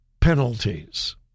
penalties